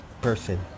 Person